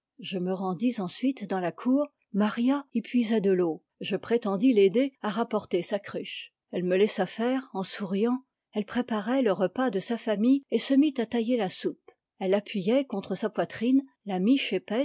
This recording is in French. je me rendis ensuite dans la cour maria y puisait de l'eau je prétendis l'aider à rapporter sa cruche elle me laissa faire en souriant elle préparait le repas de sa famille et se mit à tailler la soupe elle appuyait contre sa poitrine la miche